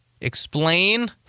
explain